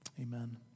Amen